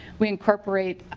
we incorporate